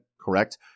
correct